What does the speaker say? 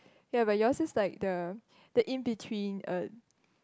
ya but yours is like the the in between uh